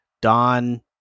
Don